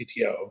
CTO